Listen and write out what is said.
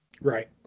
Right